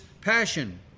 passion